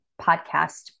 podcast